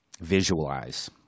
visualize